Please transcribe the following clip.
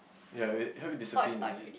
ya it it help you discipline